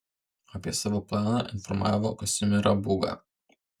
apie savo planą informavo kazimierą būgą